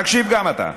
תקשיב גם אתה,